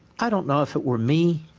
i don't know if it were me,